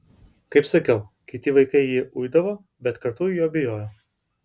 kaip sakiau kiti vaikai jį uidavo bet kartu jo bijojo